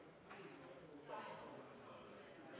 saka